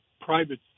private